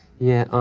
yeah. oh,